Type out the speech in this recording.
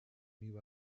new